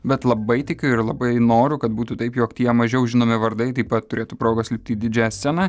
bet labai tikiu ir labai noriu kad būtų taip jog tie mažiau žinomi vardai taip pat turėtų progos lipti į didžiąją sceną